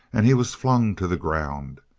and he was flung to the ground.